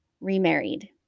remarried